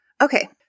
Okay